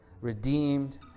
redeemed